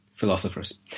Philosophers